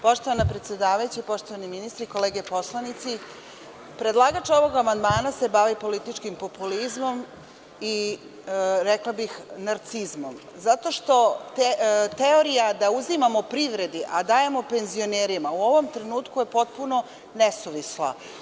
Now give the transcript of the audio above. Poštovana predsedavajuća, poštovani ministri i kolege poslanici, predlagač ovog amandmana se bavi političkim populizmom i, rekla bih, narcizmom, zato što teorija da uzimamo privredi, a dajemo penzionerima u ovom trenutku je potpuno nesuvislo.